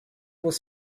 was